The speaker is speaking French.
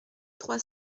trois